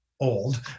old